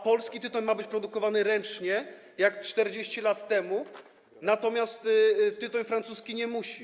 Polski tytoń ma być produkowany ręcznie, jak 40 lat temu, natomiast tytoń francuski nie musi.